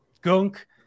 gunk